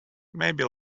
maybe